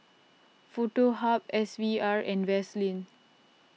Foto Hub S V R and Vaseline